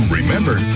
remember